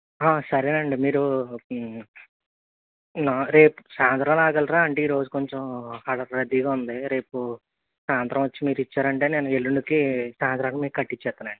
సరేనండి మీరు రేపు సాయంత్రం రాగలరా అంటే ఈరోజు కొంచెం చాలా రద్దీగా ఉంది రేపు సాయంత్రం వచ్చి మీరు ఇచ్చారు అంటే నేను ఎళ్ళుండికి సాయంత్రానికి మీకు కట్టి ఇచ్చేస్తాను అండి